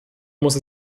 muss